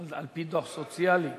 על-פי דוח סוציאלי.